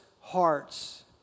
hearts